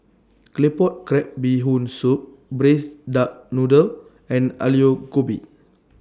Claypot Crab Bee Hoon Soup Braised Duck Noodle and Aloo Gobi